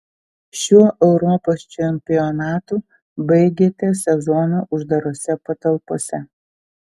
šiuo europos čempionatu baigėte sezoną uždarose patalpose